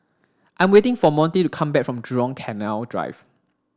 I'm waiting for Montie to come back from Jurong Canal Drive